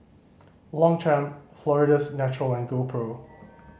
Longchamp Florida's Natural and GoPro